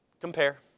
compare